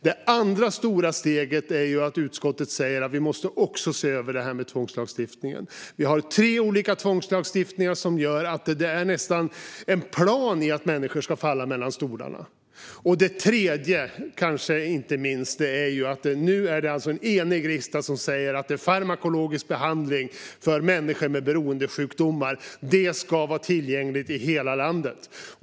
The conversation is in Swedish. Det andra stora steget är att utskottet säger att vi också måste se över tvångslagstiftningen. Vi har tre olika tvångslagstiftningar som gör att det nästan är en plan i att människor ska falla mellan stolarna. Det tredje stora steget, inte minst, är att det nu alltså är en enig riksdag som säger att farmakologisk behandling för människor med beroendesjukdomar ska vara tillgänglig i hela landet.